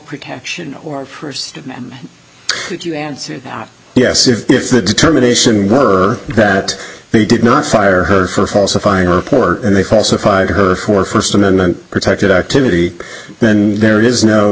protection or first could you answer yes if the determination were that they did not fire her for falsifying a report and they falsified her for first amendment protected activity then there is no